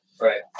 right